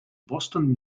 boston